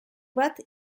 bat